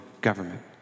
government